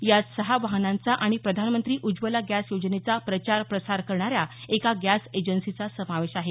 यात सहा वाहनांचा आणि प्रधानमंत्री उज्वला गॅस योजनेचा प्रचार प्रसार करणाऱ्या एका गॅस एजन्सीचा समावेश आहे